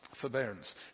Forbearance